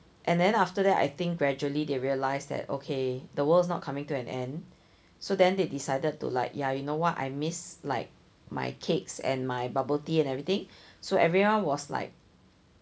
and then after that I think gradually they realized that okay the world's not coming to an end so then they decided to like ya you know what I miss like my cakes and my bubble tea and everything so everyone was like